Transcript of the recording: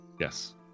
Yes